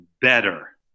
better